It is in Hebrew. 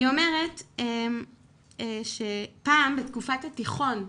היא אומרת שפעם בתקופת התיכון,